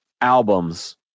albums